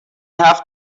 have